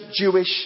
Jewish